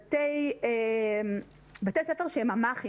בתי ספר שהם ממ"חים,